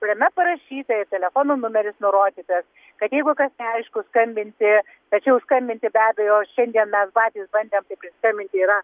kuriame parašyta ir telefono numeris nurodytas kad jeigu kas neaišku skambinti tačiau skambinti be abejo šiandien mes patys bandėm priskambinti yra